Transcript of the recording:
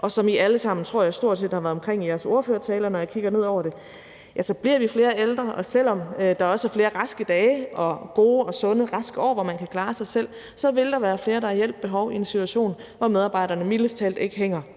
og som I alle sammen, tror jeg, stort set har været omkring i jeres ordførertaler, når jeg kigger ned over det, så bliver vi flere ældre, og selv om der også er flere raske dage og gode, sunde og raske år, hvor man kan klare sig selv, vil der være flere, der har behov for hjælp i en situation, hvor medarbejderne mildest talt ikke hænger